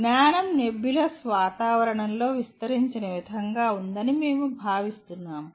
జ్ఞానం నెబ్యులస్ వాతావరణంలో విస్తరించిన విధంగా ఉందని మేము భావిస్తున్నాము